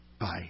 Bye